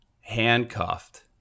handcuffed